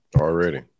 already